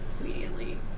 immediately